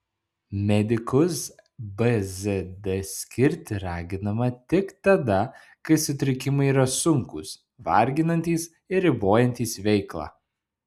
medikus bzd skirti raginama tik tada kai sutrikimai yra sunkūs varginantys ir ribojantys veiklą